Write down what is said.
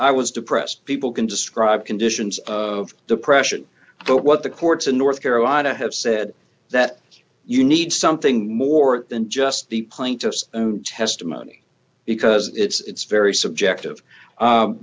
i was depressed people can describe conditions of depression but what the courts in north carolina have said that you need something more than just the plaintiff's testimony because it's very subjective